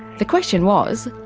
the question was,